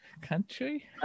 Country